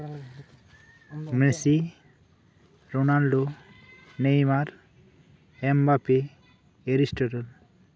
Messi Ronaldo Neymar Mbappe Aristotle